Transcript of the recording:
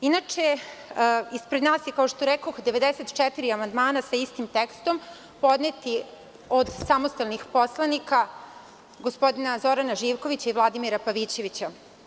Inače, ispred nas je, kao što rekoh 94 amandmana sa istim tekstom, podneti od samostalnih poslanika, gospodina Zorana Živkovića i Vladimira Pavićevića.